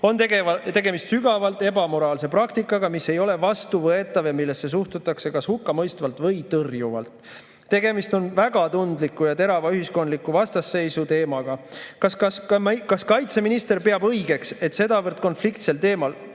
on tegemist sügavalt ebamoraalse praktikaga, mis ei ole vastuvõetav ja millesse suhtutakse kas hukkamõistvalt või tõrjuvalt. Tegemist on väga tundliku ja terava ühiskondliku vastasseisu teemaga. Kas kaitseminister peab õigeks, et sedavõrd konfliktsel teemal